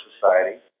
society